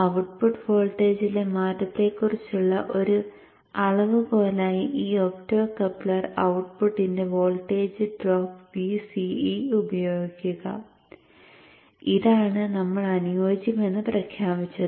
output വോൾട്ടേജിലെ മാറ്റത്തെക്കുറിച്ചുള്ള ഒരു അളവുകോലായി ഈ ഒപ്റ്റോകപ്ലർ ഔട്ട്പുട്ടിന്റെ വോൾട്ടേജ് ഡ്രോപ്പ് Vce ഉപയോഗിക്കുക ഇതാണ് നമ്മൾ അനുയോജ്യമെന്ന് പ്രഖ്യാപിച്ചത്